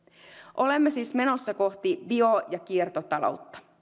olemme siis menossa kohti bio ja kiertotaloutta